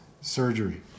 surgery